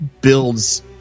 builds